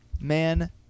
Man